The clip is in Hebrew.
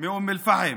מאום אל-פחם,